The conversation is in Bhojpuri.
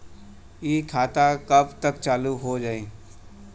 इ खाता कब तक चालू हो जाई?